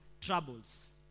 troubles